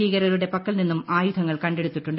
ഭീകരരുടെ പക്കൽ നിന്നും ആയുധങ്ങൾ കണ്ടെടുത്തിട്ടുണ്ട്